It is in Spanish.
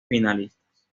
finalistas